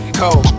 cold